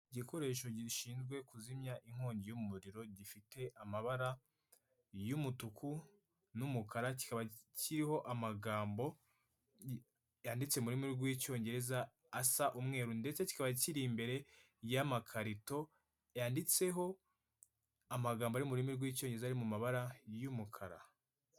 Igikoresho gishinzwe kuzimya inkongi y'umuriro gifite amabara y'umutuku n'umukara kikaba kiriho amagambo yanditse mu rurimi rw'icyongereza asa umweru ndetse kikaba kiri imbere y'amakarito yanditseho amagambo ari mu rurimi rw'icyongereza ari mu mabara y'umukara.